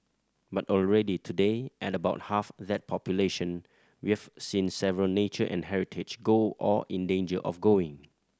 but already today at about half that population we have seen several nature and heritage go or in danger of going